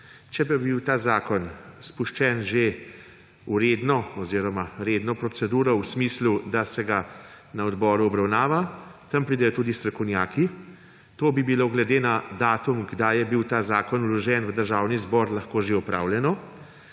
pa bi bil ta zakon spuščen že v redno proceduro v smislu, da se ga na odboru obravnava, tja preidejo tudi strokovnjaki – to bilo glede na datum, kdaj je bil ta zakon vložen v Državni zbor, lahko že opravljeno